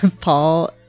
paul